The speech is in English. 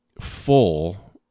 full